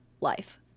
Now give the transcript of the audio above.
life